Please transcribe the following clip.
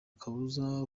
kabuza